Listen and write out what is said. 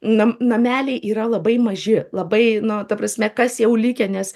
nam nameliai yra labai maži labai nu ta prasme kas jau likę nes